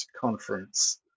conference